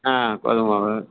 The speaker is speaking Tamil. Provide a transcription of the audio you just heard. ஆ கோதுமை மாவு